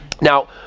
Now